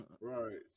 right